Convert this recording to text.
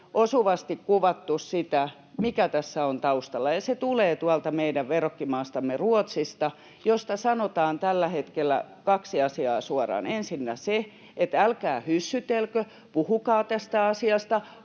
osuvasti kuvattu sitä, mikä tässä on taustalla, ja se tulee tuolta meidän verrokkimaastamme Ruotsista, josta sanotaan tällä hetkellä kaksi asiaa suoraan: ensinnä se, että älkää hyssytelkö, puhukaa tästä asiasta,